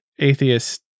atheist